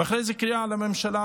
ואחרי זה קריאה לממשלה,